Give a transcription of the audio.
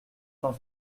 cent